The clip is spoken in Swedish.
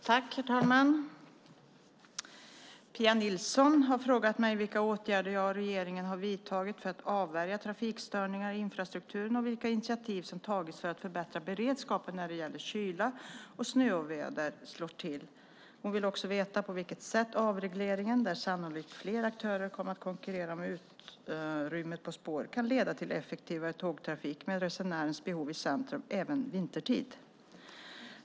Herr talman! Pia Nilsson har frågat mig vilka åtgärder jag och regeringen har vidtagit för att avvärja trafikstörningar i infrastrukturen och vilka initiativ som tagits för att förbättra beredskapen när kyla och snöoväder slår till. Hon vill också veta på vilket sätt avregleringen, där sannolikt fler aktörer kommer att konkurrera om utrymmet på spåren, kan leda till effektivare tågtrafik med resenärens behov i centrum även vintertid.